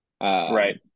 Right